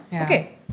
okay